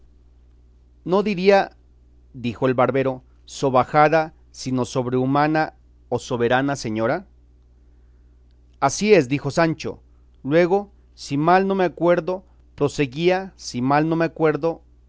no diría dijo el barbero sobajada sino sobrehumana o soberana señora así es dijo sancho luego si mal no me acuerdo proseguía si mal no me acuerdo